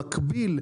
במקביל,